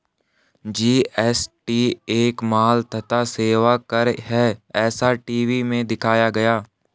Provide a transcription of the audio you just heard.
GST एक माल तथा सेवा कर है ऐसा टी.वी में दिखाया गया